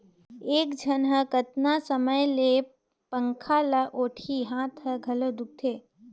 एक झन ह कतना समय ले पंखा ल ओटही, हात हर घलो दुखते